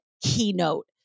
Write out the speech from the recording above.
keynote